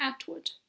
Atwood